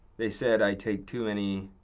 they said i take too many.